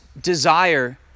desire